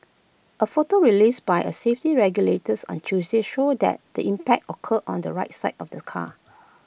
A photo released by A safety regulators on Tuesday showed that the impact occurred on the right side of the car